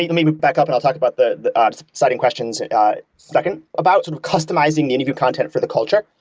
yeah me me back up and i'll talk about the the ah citing questions in a second about sort of customizing the interview content for the culture.